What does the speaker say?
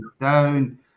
down